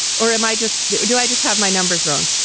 or am i just do i just have my numbers wrong?